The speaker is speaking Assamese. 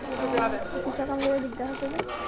অঁ অফিচৰ কাম কৰিবলৈ দিগদাৰ হৈছে যে